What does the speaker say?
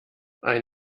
ein